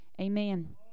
Amen